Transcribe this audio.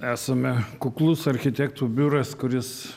esame kuklus architektų biuras kuris